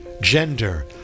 gender